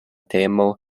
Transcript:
temo